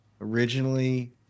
originally